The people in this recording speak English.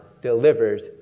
delivers